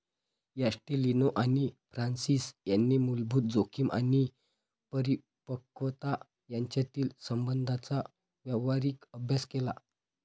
ॲस्टेलिनो आणि फ्रान्सिस यांनी मूलभूत जोखीम आणि परिपक्वता यांच्यातील संबंधांचा व्यावहारिक अभ्यास केला